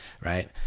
Right